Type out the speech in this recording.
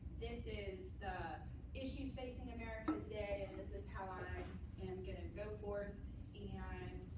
this is the issues facing america, today, and this is how i am going to go forth yeah and